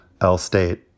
L-State